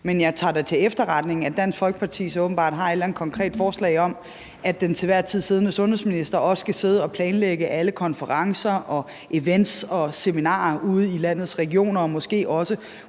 Men jeg tager da til efterretning, at Dansk Folkeparti så åbenbart har et eller andet konkret forslag om, at den til enhver tid siddende sundhedsminister også skal sidde og planlægge alle konferencer, events og seminarer ude i landets regioner og måske også